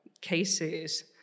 cases